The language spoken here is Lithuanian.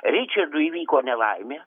ričardui įvyko nelaimė